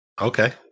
Okay